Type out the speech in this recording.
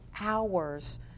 hours